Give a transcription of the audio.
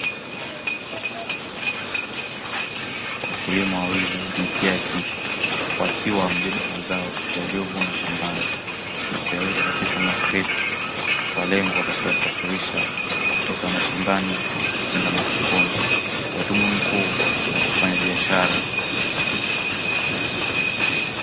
Wakulima wawili wa jinsia ya kike wakiwa wamebeba mazao yaliyovunwa shambani na kuyaweka katika makrate kwa lengo la kuyasafiridha kutoka mashambani kwenda masokoni kwa dhumuni kuu la kufanya biashara.